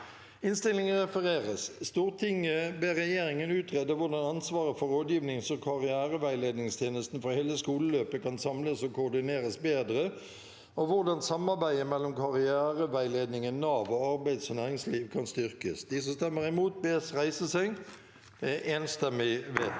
følgende v e d t a k : Stortinget ber regjeringen utrede hvordan ansvaret for rådgivnings- og karriereveiledningstjenesten for hele skoleløpet kan samles og koordineres bedre, og hvordan samarbeidet mellom karriereveiledningen, Nav og arbeids- og næringsliv kan styrkes. V o t e r i n g : Komiteens innstilling ble